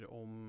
om